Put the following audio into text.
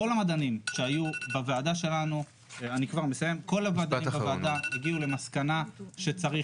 כל המדענים שהיו בוועדה שלנו הגיעו למסקנה,